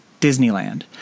Disneyland